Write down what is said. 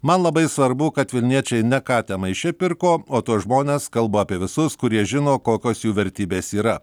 man labai svarbu kad vilniečiai ne katę maiše pirko o tuos žmones kalbu apie visus kurie žino kokios jų vertybės yra